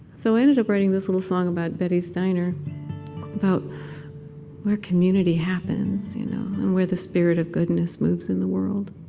so i ended up writing this little song about betty's diner about where community happens. you know and where the spirit of goodness moves in the world